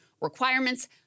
requirements